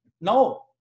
No